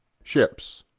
ships.